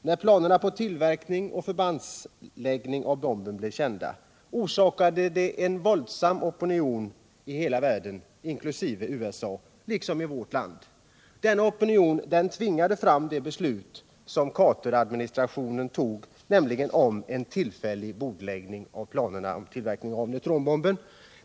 När planerna på tillverkning och förbandsläggning av bomben blev kända orsakade de en våldsam opinion i hela världen, inkl. USA och vårt land. Denna opinion tvingade fram det beslut som Carteradministrationen tog, nämligen om en tillfällig bordläggning av planerna på tillverkning av neutronbomben.